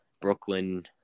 Brooklyn